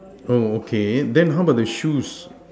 oh okay then how about the shoes